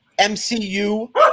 MCU